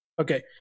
Okay